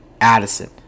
Addison